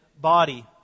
body